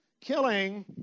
killing